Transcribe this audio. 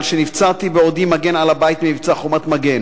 על שנפצעתי בעודי מגן על הבית במבצע 'חומת מגן'.